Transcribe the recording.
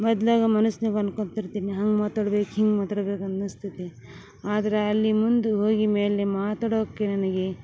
ಮೊದಲು ಮನಸ್ನಾಗೆ ಅನ್ಕೊಂತ ಇರ್ತೀನಿ ಹಂಗೆ ಮಾತಾಡ್ಬೇಕು ಹಿಂಗೆ ಮಾತಾಡ್ಬೇಕು ಅನ್ನಿಸ್ತೈತಿ ಆದ್ರೆ ಅಲ್ಲಿ ಮುಂದೆ ಹೋಗಿ ಮೇಲೆ ಮಾತಾಡೋಕೆ ನನಗೆ